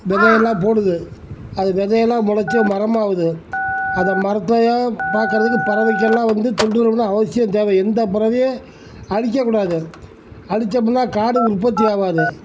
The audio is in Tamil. விதையெல்லாம் போடுது அது விதையெல்லாம் முளச்சி மரமாகுது அந்த மரத்தையும் பார்க்கறதுக்கு பறவைக்கெல்லாம் வந்து தொண்டு நிறுவனம் அவசியம் தேவை எந்த பறவையும் அடிக்கக்கூடாது அடித்தோம்னா காடு உற்பத்தியாகாது